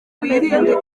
wirinde